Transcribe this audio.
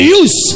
use